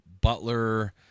Butler